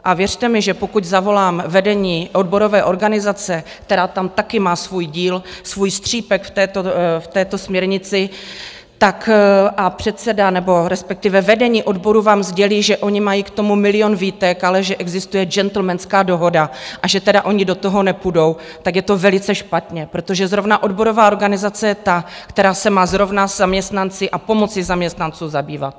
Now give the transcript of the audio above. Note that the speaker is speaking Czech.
A věřte mi, že pokud zavolám vedení odborové organizace, která tam taky má svůj díl, svůj střípek v této směrnici, a předseda respektive vedení odborů vám sdělí, že oni mají k tomu milion výtek, ale že existuje gentlemanská dohoda, a že tedy oni do toho nepůjdou, tak je to velice špatně, protože zrovna odborová organizace je ta, která se má zrovna zaměstnanci a pomoci zaměstnancům zabývat.